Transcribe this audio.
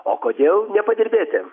o kodėl nepadirbėti